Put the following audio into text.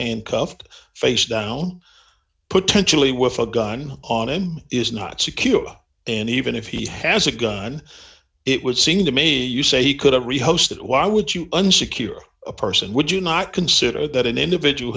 handcuffed face down potentially with a gun on him is not secure and even if he has a gun it would seem to me you say he couldn't read host it why would you unsecure a person would you not consider that an individual